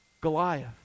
Goliath